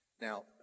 Now